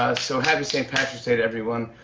ah so happy st. patrick's day to everyone.